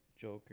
Joker